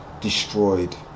destroyed